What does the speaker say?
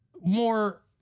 more